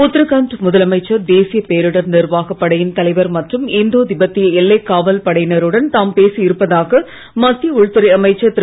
உத்தராகண்ட் முதலமைச்சர் தேசிய பேரிடர் நிர்வாகப் படையின் தலைவர் மற்றும் இந்தோ திபேத்திய எல்லை காவல் படையினருடன் தாம் பேசி இருப்பதாக மத்திய உள்துறை அமைச்சர் திரு